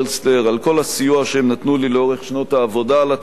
על כל הסיוע שהם נתנו לי לאורך שנות העבודה על התקנון.